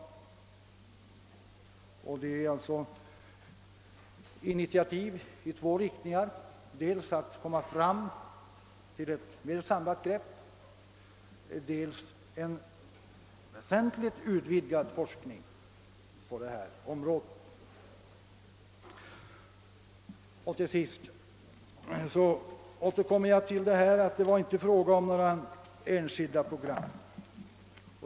Vad jag efterlyser är alltså initiativ i två riktningar, nämligen dels för att komma fram till ett mer samlat grepp, dels för att få en väsentligt utvidgad forskning på detta område. Till sist upprepar jag att det inte var fråga om några enskilda program.